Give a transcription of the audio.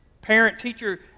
parent-teacher